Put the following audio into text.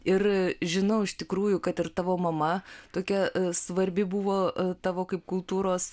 ir žinau iš tikrųjų kad ir tavo mama tokia svarbi buvo tavo kaip kultūros